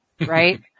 right